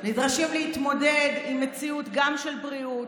נדרשים להתמודד גם עם מציאות של בריאות,